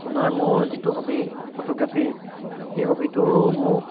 আপোনাৰ মোৰ যিটো হবি ফটোগ্ৰাফিৰ সেই হবিটো মোক